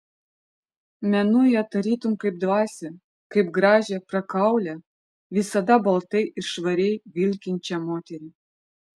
menu ją tarytum kaip dvasią kaip gražią prakaulią visada baltai ir švariai vilkinčią moterį